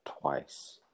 twice